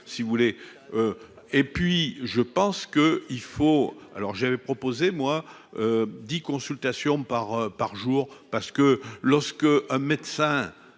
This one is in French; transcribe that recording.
si vous voulez, et puis je pense que, y faut alors j'avais proposé moi dit consultation par par jour parce que lorsque un médecin